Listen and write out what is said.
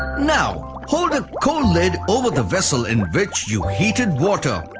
now, hold a cold lid over the vessel in which you heated water.